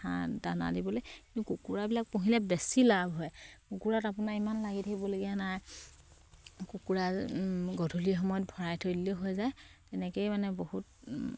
হাঁহ দানা দিবলে কিন্তু কুকুৰাবিলাক পুহিলে বেছি লাভ হয় কুকুৰাত আপোনাৰ ইমান লাগি থাকিবলগীয়া নাই কুকুৰা গধূলি সময়ত ভৰাই থৈ দিলেও হৈ যায় তেনেকেই মানে বহুত